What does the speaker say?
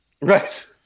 Right